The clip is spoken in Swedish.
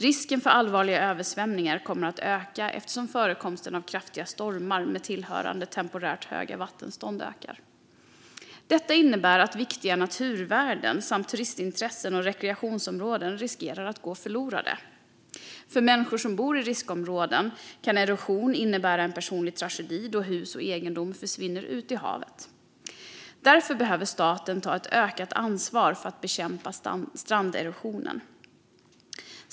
Risken för allvarliga översvämningar kommer att öka eftersom förekomsten av kraftiga stormar med tillhörande temporärt höga vattenstånd ökar. Detta innebär att viktiga naturvärden samt turistintressen och rekreationsområden riskerar att gå förlorade. För människor som bor i riskområden kan erosion innebära en personlig tragedi då hus och egendom försvinner ut i havet. Därför behöver staten ta ett ökat ansvar för att bekämpa stranderosionen.